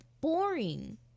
boring